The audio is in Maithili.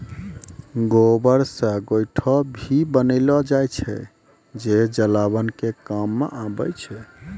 गोबर से गोयठो भी बनेलो जाय छै जे जलावन के काम मॅ आबै छै